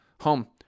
home